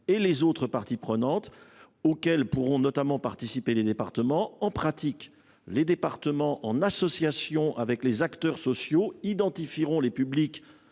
et les autres parties prenantes, auxquelles pourront notamment participer les départements volontaires. En pratique, les départements, en association avec les acteurs sociaux, identifieront les publics